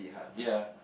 ya